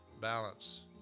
balance